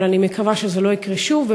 אבל אני מקווה שזה לא יקרה שוב,